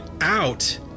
out